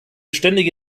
ständige